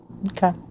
Okay